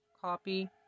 Copy